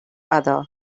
other